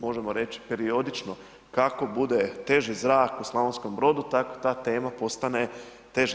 Možemo reći periodično, kako bude teži zrak u Slavonskom Brodu, tako da tema postane teža.